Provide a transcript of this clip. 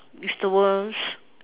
with the worms